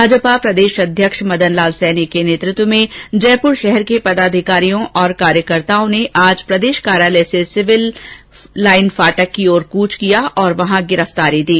भाजपा प्रदेशाध्यक्ष मदनलाल सैनी के नेतृत्व में जयपुर शहर के पदाधिकारियों व कार्यकर्ताओं ने आज प्रदेश कार्यालय से सिविल फाटक की ओर कूच किया और वहां गिरफतारियां दी